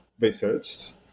researched